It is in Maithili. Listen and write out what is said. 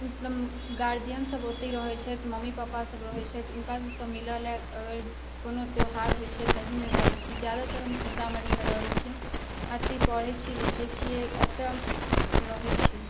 मतलब गार्जियन सब ओतै रहै छथि मम्मी पप्पा सब रहै छथि हुनका सबसँ मिलै लए अगर कोनो त्योहार होइ छै तहिमे जाइ छी जादातर हम सीतामढ़ीमे रहै छी एतै पढ़ै छी लिखै छियै एतऽ रहै छियै